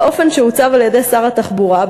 באופן שעוצב על-ידי שר התחבורה,